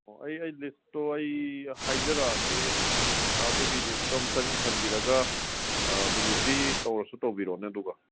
ꯑꯣ ꯑꯩ ꯂꯤꯁꯇꯣ ꯑꯩ ꯍꯥꯏꯖꯔꯛꯂꯒꯦ ꯑꯥ ꯑꯗꯨꯒꯤ ꯂꯤꯁꯇꯣ ꯑꯃꯨꯛ ꯏꯁꯤꯟꯕꯤꯔꯒ ꯗꯤꯂꯤꯕꯔꯤ ꯇꯧꯔꯁꯨ ꯇꯧꯕꯤꯔꯛꯂꯣꯅꯦ ꯑꯗꯨꯒ